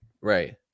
Right